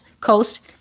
Coast